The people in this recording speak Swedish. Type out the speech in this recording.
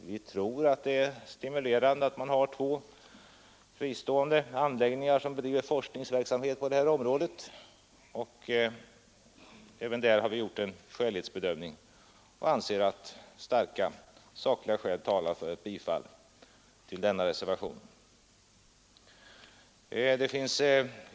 Vi tror att det är stimulerande att man har två fristående anläggningar som bedriver forskningsverksamhet på det här området, och även där har vi gjort en skälighetsbedömning. Jag anser att starka skäl talar för ett bifall till reservationen.